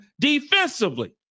defensively